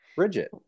Bridget